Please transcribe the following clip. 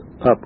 up